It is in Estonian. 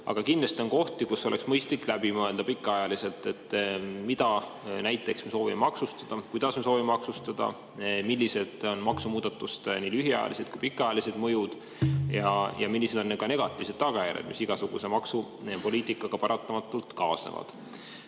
Aga kindlasti on ka kohti, kus oleks mõistlik läbi mõelda pikaajaliselt: mida me näiteks soovime maksustada, kuidas me soovime maksustada, millised on maksumuudatuste nii lühiajalised kui ka pikaajalised mõjud ja millised on ka negatiivsed tagajärjed, mis igasuguse maksupoliitikaga paratamatult kaasnevad. Sellest